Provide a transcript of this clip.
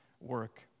work